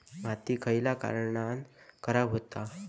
माती खयल्या कारणान खराब हुता?